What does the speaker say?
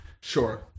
Sure